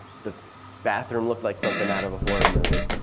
the bathroom looked like something out of a horror movie.